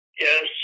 Yes